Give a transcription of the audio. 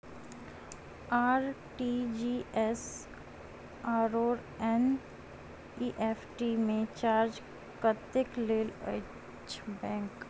RTGS आओर NEFT मे charge कतेक लैत अछि बैंक?